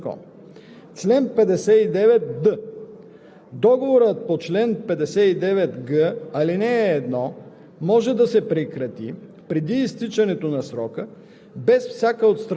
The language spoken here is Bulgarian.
ограниченията по чл. 182, ал. 1 и чл. 188 от същия закон. Чл. 59д.